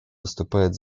выступает